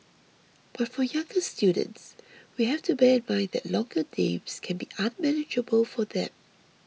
but for younger students we have to bear in mind that longer names can be unmanageable for them